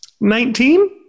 Nineteen